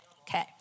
Okay